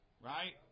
Right